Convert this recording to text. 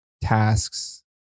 tasks